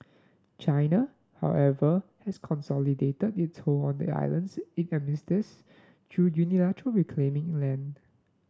China however has consolidated its hold on the islands it administers through unilaterally reclaiming land